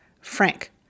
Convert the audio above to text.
Frank